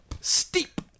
Steep